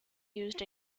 used